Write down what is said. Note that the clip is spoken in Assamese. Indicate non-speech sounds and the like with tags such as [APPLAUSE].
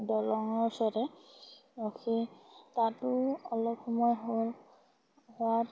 দলঙৰ ওচৰতে ৰখি তাতো অলপ সময় হ'ল [UNINTELLIGIBLE]